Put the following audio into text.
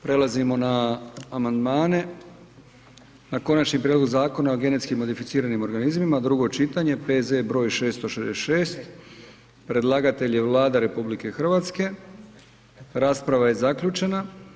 Prelazimo na amandmane, na Konačni prijedlog Zakona o genetski modificiranim organizmima, drugo čitanje, P.Z. br. 666., predlagatelj je Vlada RH, rasprava je zaključena.